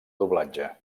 doblatge